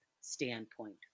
standpoint